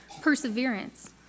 perseverance